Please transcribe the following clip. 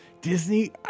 Disney